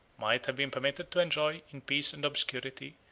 might have been permitted to enjoy, in peace and obscurity,